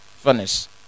furnace